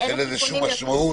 אין לזה שום משמעות.